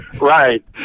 Right